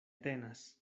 tenas